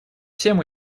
всем